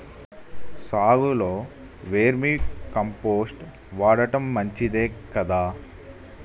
సాగులో vermicompost వాడటం మంచిదే కదా?